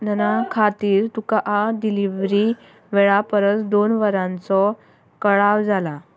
दना खातीर तुका आ डिलिवरी वेळा परस दोन वरांचो कळाव जाला